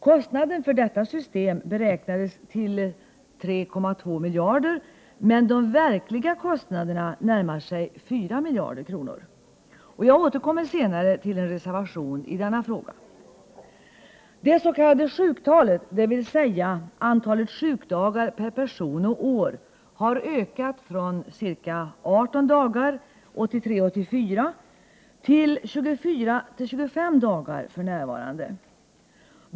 Kostnaden för detta system beräknades till 3,2 miljarder, men de verkliga kostnaderna närmar sig 4 miljarder kronor. Jag återkommer senare till en reservation i denna fråga. Det s.k. sjuktalet, dvs. antalet sjukdagar per person och år, har ökat från ca 18 dagar 1983-1984 till 24-25 dagar för närvarande.